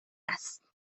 است